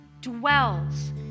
dwells